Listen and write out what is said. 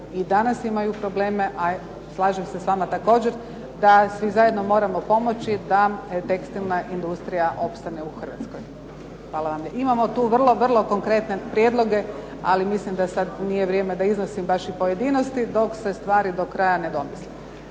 i danas imaju problema. A slažem se s vama također da svi zajedno moramo pomoći da tekstilna industrija opstane u Hrvatskoj. Imamo tu vrlo konkretne prijedloge, ali mislim da sada nije vrijeme da iznosim pojedinosti, dok se stvari do kraja ne ...